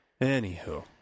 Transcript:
Anywho